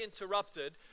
interrupted